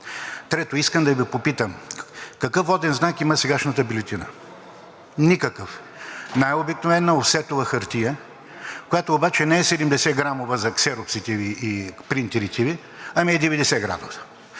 Трето, искам да Ви попитам, какъв воден знак има сегашната бюлетина? Никакъв – най обикновена офсетова хартия, която обаче не е 70-грамова за ксероксите Ви и принтерите Ви, а е 90-грамова.